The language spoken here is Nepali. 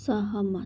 सहमत